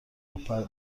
آبپز